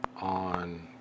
on